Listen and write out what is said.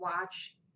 watch